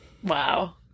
Wow